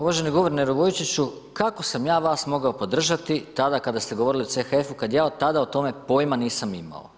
Uvaženi guverneru Vujčiću, kako sam ja vas mogao podržati tada kada ste govorili o CHF-u kad ja od tada o tome pojma nisam imao?